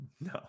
No